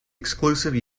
exclusive